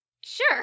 Sure